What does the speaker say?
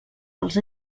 dels